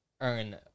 earn